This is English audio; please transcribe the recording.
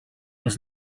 was